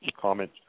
comment